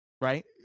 Right